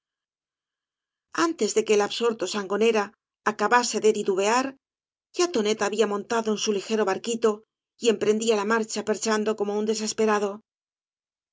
antes de que el absorto sangonera acabase de titubear ya tonet había montado en su ligero barquito y emprendía la marcha perchando como un desesperado